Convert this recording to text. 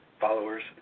followers